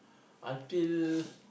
until